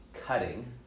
cutting